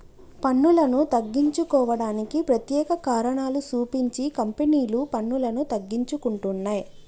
పన్నులను తగ్గించుకోవడానికి ప్రత్యేక కారణాలు సూపించి కంపెనీలు పన్నులను తగ్గించుకుంటున్నయ్